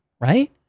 right